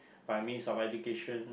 by means of education